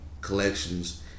collections